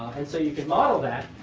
and so you could model that.